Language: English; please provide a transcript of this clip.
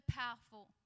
powerful